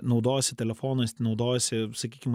naudojasi telefonais naudojasi sakykim